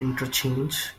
interchange